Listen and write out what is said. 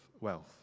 wealth